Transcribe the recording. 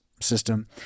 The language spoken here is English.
system